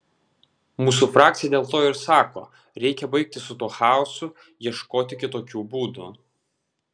mūsų frakcija dėl to ir sako reikia baigti su tuo chaosu ieškoti kitokių būdų